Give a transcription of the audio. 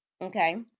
okay